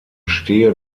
stehe